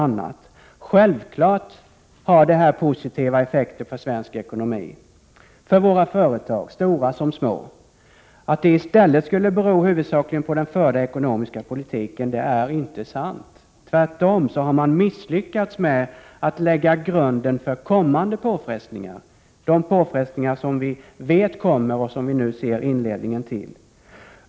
Självfallet har det positiva effekter för svensk ekonomi, för våra företag, stora som små. Att framgången i stället skulle bero huvudsakligen på den förda ekonomiska politiken är inte sant. Tvärtom har man misslyckats med att lägga en grund för att möta kommande påfrestningar, som vi vet kommer och som vi ser inledningen till.